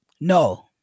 No